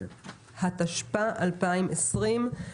התשפ"א-2020.